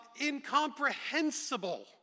incomprehensible